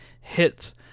hits